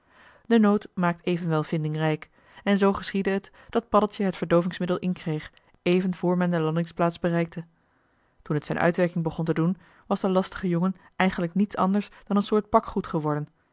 de nood maakt evenwel vindingrijk en zoo geschiedde het dat paddeltje het verdoovingsmiddel inkreeg even voor men de landingsplaats bereikte toen het zijn uitwerking begon te doen was de lastige jongen eigenlijk niets anders dan een soort pakgoed geworden